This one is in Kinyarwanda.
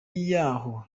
yaho